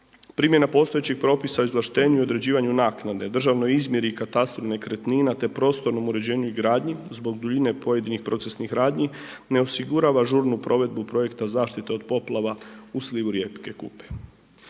Primjena postojećih propisa o izvlaštenju i određivanju naknade državnoj izmjeri i katastru nekretnina te prostornom uređenju i gradnji zbog duljine pojedinih procesnih radnji ne osigurava žurnu provedbu projekta zaštite od poplava u slivu rijeke Kupe.